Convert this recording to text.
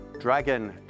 Dragon